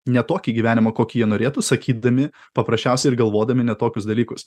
ne tokį gyvenimą kokį jie norėtų sakydami paprasčiausiai ir galvodami ne tokius dalykus